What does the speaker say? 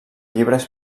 llibres